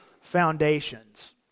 Foundations